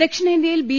ദക്ഷിണേന്ത്യയിൽ ബി